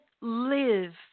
live